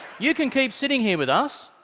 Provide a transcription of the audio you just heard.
you can keep sitting here with us.